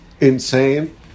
insane